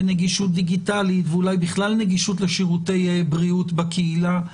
נגישות דיגיטלית ואולי בכלל נגישות לשירותי בריאות בקהילה.